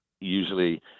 usually